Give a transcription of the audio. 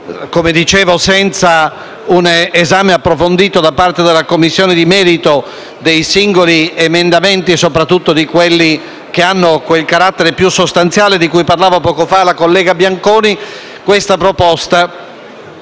come dicevo senza un approfondimento da parte della Commissione di merito dei singoli emendamenti, soprattutto di quelli che presentano il carattere più sostanziale, di cui parlava poco fa la collega Bianconi - dovrebbe